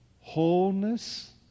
Wholeness